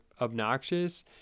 obnoxious